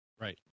Right